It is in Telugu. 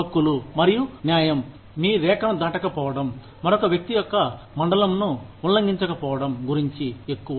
హక్కులు మరియు న్యాయం మీ రేఖను దాటకపోవడం మరొక వ్యక్తి యొక్క మండలంను ఊల్లంఘించకపోవడం గురించి ఎక్కువ